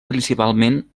principalment